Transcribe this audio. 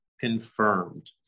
confirmed